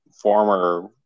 former